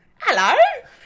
hello